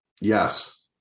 Yes